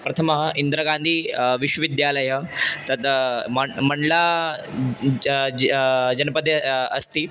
प्रथमः इन्दिरागान्धी विश्वविद्यालयः तद् मण्ड्ला जनपदे अस्ति